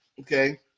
Okay